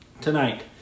tonight